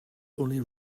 only